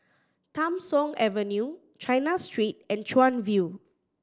Tham Soong Avenue China Street and Chuan View